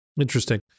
Interesting